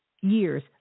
years